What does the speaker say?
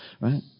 Right